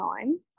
time